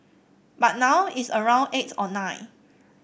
but now it's around eight or nine